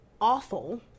awful